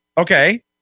Okay